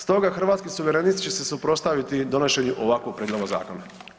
Stoga Hrvatski suverenisti će se suprotstaviti donošenju ovakvog prijedloga zakona.